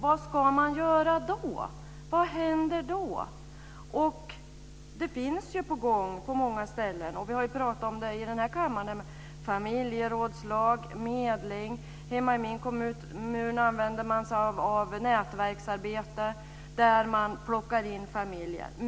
Vad ska man göra när det inte ser ut så? Vad händer då? På många ställen startar man familjerådslag och medling. Det har vi pratat om här i kammaren också. Hemma i min kommun använder man sig av nätverksarbete där man plockar in familjen.